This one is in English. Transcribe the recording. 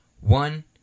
One